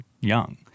young